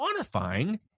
quantifying